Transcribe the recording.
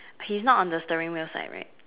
he's not on the steering wheel side right